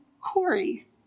Corey